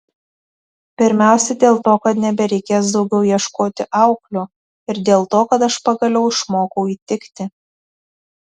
pirmiausia dėl to kad nebereikės daugiau ieškoti auklių ir dėl to kad aš pagaliau išmokau įtikti